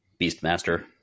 Beastmaster